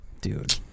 Dude